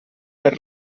per